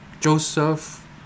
Joseph